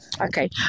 Okay